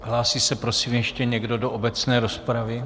Hlásí se, prosím, ještě někdo do obecné rozpravy?